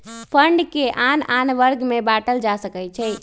fund के आन आन वर्ग में बाटल जा सकइ छै